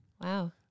Wow